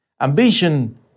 Ambition